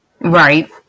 Right